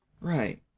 Right